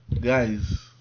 guys